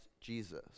Jesus